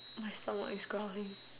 my stomach is growling